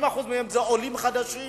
70% מהם עולים חדשים